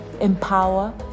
empower